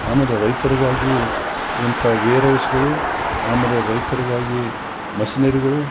ಅಮೇಗ್ ರೈತರಿಗಾಗಿ ಎಂತ ವೇರೌಸ್ಗಳು ಆಮೇಲೆ ರೈತರಿಗಾಗಿ ಮಷ್ನರಿಗಳು